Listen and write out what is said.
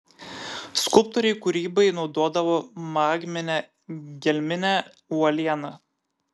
skulptoriai kūrybai naudodavo magminę gelminę uolieną